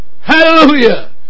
Hallelujah